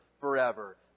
forever